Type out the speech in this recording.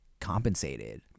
compensated